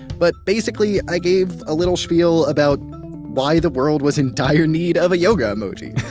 but basically, i gave a little spiel about why the world was in dire need of a yoga emoji.